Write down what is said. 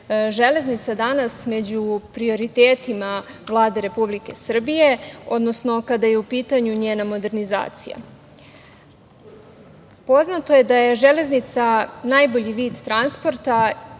železnica danas među prioritetima Vlade Republike Srbije, odnosno kada je u pitanju njena modernizacija. Poznato je da je železnica najbolji vid transporta,